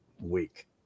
week